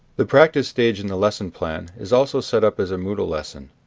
the practice stage in the lesson plan is also set up as a moodle lesson.